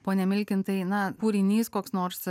pone milkintai na kūrinys koks nors